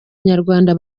nyarwanda